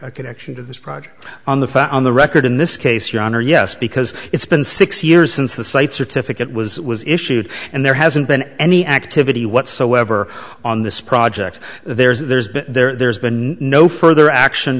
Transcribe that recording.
a connection to this project on the phone on the record in this case your honor yes because it's been six years since the site certificate was was issued and there hasn't been any activity whatsoever on this project there's been there's been no further action